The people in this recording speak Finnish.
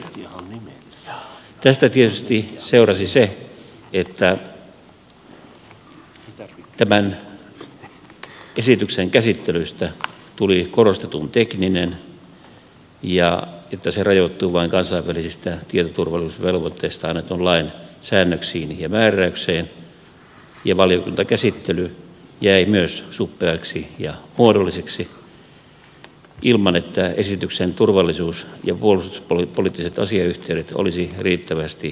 tästä tietysti seurasi se että tämän esityksen käsittelystä tuli korostetun tekninen ja että se rajoittuu vain kansainvälisistä tietoturvallisuusvelvoitteista annetun lain säännöksiin ja määräykseen ja valiokuntakäsittely jäi myös suppeaksi ja muodolliseksi ilman että esityksen turvallisuus ja puolustuspoliittiset asiayhteydet olisi riittävästi avattu